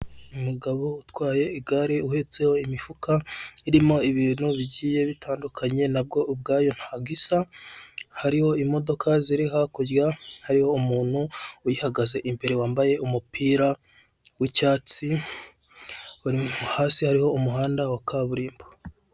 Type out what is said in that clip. Umugabo utwaye igare uhetseho imifuka irimo ibintu bigiye bitandukanye nabwo ubwayo ntabwo isa, hariho imodoka ziri hakurya, hariho umuntu uyihagaze imbere wambaye umupira w'icyatsi, hasi hariho umuhanda wa kaburimbo.